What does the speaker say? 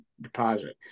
deposit